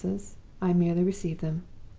i merely receive them